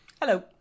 Hello